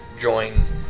joins